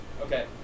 okay